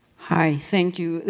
hi. thank you.